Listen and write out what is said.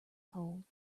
cold